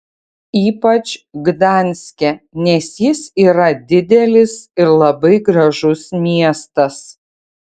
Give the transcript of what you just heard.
ypač gdanske nes jis yra didelis ir labai gražus miestas